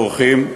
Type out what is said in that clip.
האורחים,